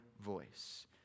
voice